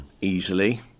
easily